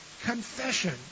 confession